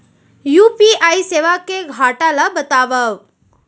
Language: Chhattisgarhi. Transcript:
यू.पी.आई सेवा के घाटा ल बतावव?